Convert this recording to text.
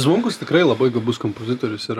zvonkus tikrai labai gabus kompozitorius yra